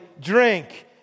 drink